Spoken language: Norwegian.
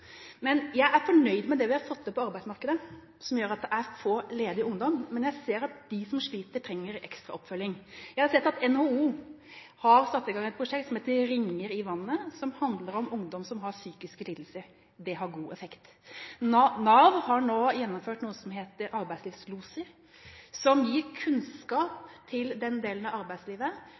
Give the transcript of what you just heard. Jeg er fornøyd med det vi har fått til på arbeidsmarkedet som gjør at det er få ledige ungdommer, men jeg ser at de som sliter, trenger ekstra oppfølging. Jeg har sett at NHO har satt i gang et prosjekt som heter Ringer i vannet, som handler om ungdom som har psykiske lidelser. Det har god effekt. Nav har nå gjennomført noe som heter arbeidslivsloser, som gir kunnskap til den delen av arbeidslivet